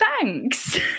Thanks